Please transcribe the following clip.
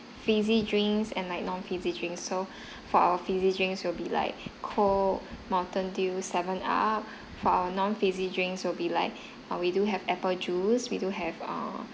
fizzy drinks and like non fizzy drinks so for our fizzy drinks will be like cold mountain dew seven up for our non fizzy drinks will be like err we do have apple juice we do have err